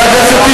היא לא מדברת,